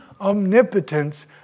omnipotence